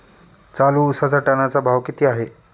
चालू उसाचा टनाचा भाव किती आहे?